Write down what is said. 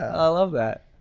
i love that,